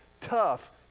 tough